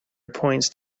appoints